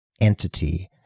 entity